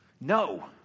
no